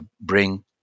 bring